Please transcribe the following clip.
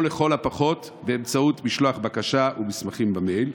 או לכל הפחות באמצעות משלוח בקשה ומסמכים במייל?